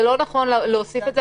זה לא נכון להוסיף את זה,